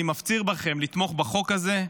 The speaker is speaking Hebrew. אני מפציר בכם לתמוך בחוק הזה.